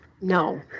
No